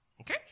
Okay